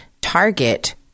target